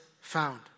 found